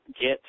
get